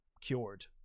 cured